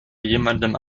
jemandem